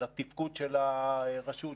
של התפקוד של הרשות,